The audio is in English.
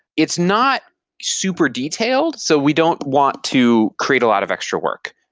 it's not super detailed, so we don't want to create a lot of extra work.